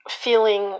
feeling